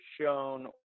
shown